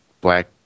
black